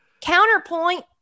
Counterpoint